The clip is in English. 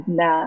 na